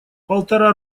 полтора